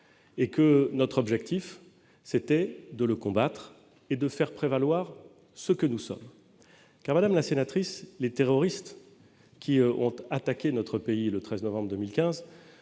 et que notre objectif était de le combattre et de faire prévaloir ce que nous sommes. En effet, madame la sénatrice, les terroristes qui ont attaqué notre pays le 13 novembre 2015